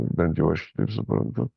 bent jau aš taip suprantu